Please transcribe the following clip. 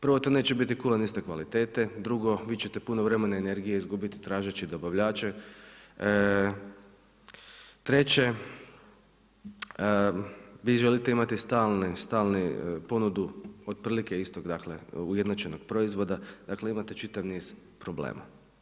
Prvo to neće biti kulen iste kvalitete, drugo vi ćete puno vremena i energije izgubiti tražeći dobavljače, treće, vi želite imati stalnu ponudu otprilike istu, dakle ujednačenog proizvoda, da imate čitav niz problema.